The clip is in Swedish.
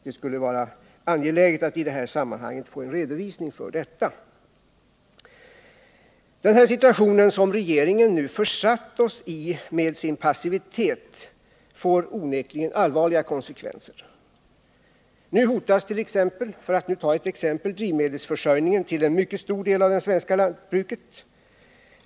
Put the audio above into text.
Det skulle vara angeläget att i det här sammanhanget få en redovisning för detta, Den situation som regeringen genom sin passivitet nu har försatt oss i får onekligen allvarliga konsekvenser. Nu hotas, för att ta ett exempel, drivmedelsförsörjningen till en mycket stor del av det svenska lantbruket.